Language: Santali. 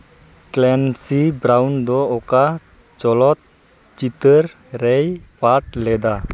ᱠᱨᱮᱱᱥᱤ ᱵᱨᱟᱣᱩᱱ ᱫᱚ ᱚᱠᱟ ᱪᱚᱞᱚᱛ ᱪᱤᱛᱟᱹᱨ ᱨᱮᱭ ᱯᱟᱴᱷ ᱞᱮᱫᱟ